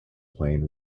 plane